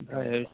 ओमफ्राय